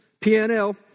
PNL